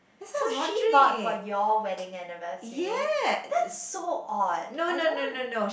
so she bought for your wedding anniversary that's so odd I don't want